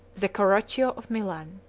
the caroccio of milan.